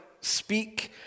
speak